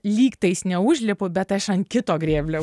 lyg tais neužlipu bet aš ant kito grėblio